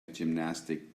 gymnastic